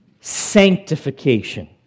sanctification